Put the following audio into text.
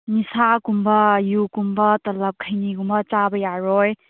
ꯅꯤꯁꯥꯒꯨꯝꯕ ꯌꯨꯒꯨꯝꯕ ꯇꯂꯕ ꯈꯩꯅꯤꯒꯨꯝꯕ ꯆꯥꯕ ꯌꯥꯔꯣꯏ